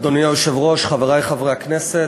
אדוני היושב-ראש, חברי חברי הכנסת,